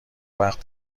وقت